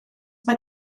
mae